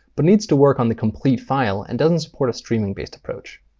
but needs to work on the complete file and doesn't support a streaming based approach.